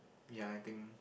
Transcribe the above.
ya I think